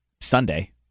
Sunday